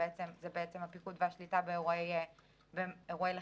זה בעצם הפיקוד והשליטה באירועי לחימה.